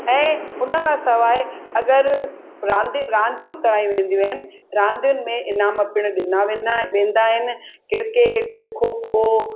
ऐं उनखां सवाइ अगरि रांदि रांदियूं कराई वेंदियूं आहिनि रांदियुनि में ईनाम पिण ॾिना वेंदा आहिनि रह किरकेट खो खो